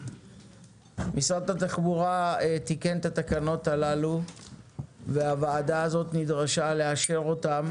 משרד התחבורה תיקן את התקנות הללו והוועדה הזאת נדרשה לאשר אותן